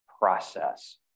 process